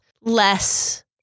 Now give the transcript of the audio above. less